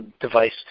device